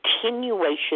continuation